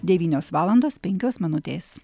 devynios valandos penkios minutės